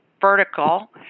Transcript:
vertical